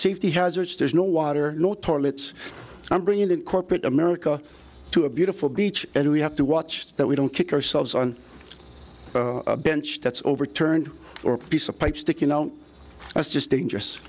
safety hazards there's no water no toilets i'm bringing in corporate america to a beautiful beach and we have to watch that we don't kick ourselves on bench that's overturned or a piece of pipe sticking out that's just dangerous